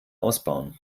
ausbauen